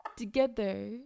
together